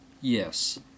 Yes